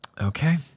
Okay